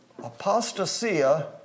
apostasia